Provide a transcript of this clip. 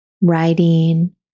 writing